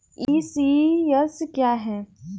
ECS क्या है?